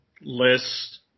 list